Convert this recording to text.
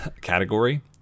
category